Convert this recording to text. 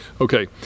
okay